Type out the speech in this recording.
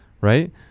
right